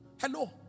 Hello